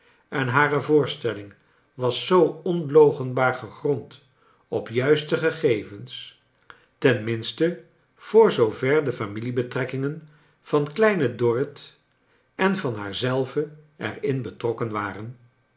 en haie voorstelling was zoo onloochenbaar gegrond op juiste gegevens ten minste voor zoo ver de familiebetrekkingen van kleine dorrit en van haar zelve er in betrokken waren